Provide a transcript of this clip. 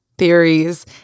Theories